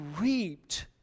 reaped